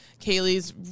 Kaylee's